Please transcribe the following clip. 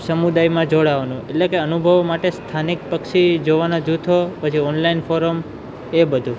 સમુદાયમાં જોળાવાનું એટલે કે અનુભવો માટે સ્થાનિક પક્ષી જોવાના જૂથો પછી ઓનલાઈન ફોરમ એ બધું